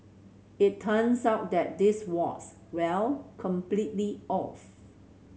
it turns out that this was well completely off